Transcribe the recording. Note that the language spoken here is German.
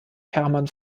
hermann